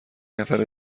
نفر